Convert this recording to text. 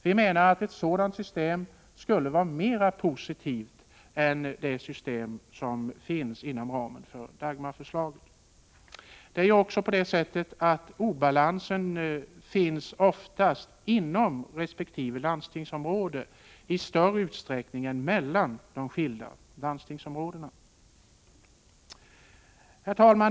Vi menar att ett sådant system skulle vara mer positivt än det system som finns inom ramen för Dagmarförslaget. Obalansen finns i större utsträckning inom resp. landstingsområde än i jämförelse mellan skilda landstingsområden. Herr talman!